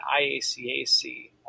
IACAC